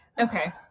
okay